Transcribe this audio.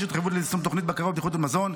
התחייבות ליישום תוכנית בקרה ובטיחות מזון,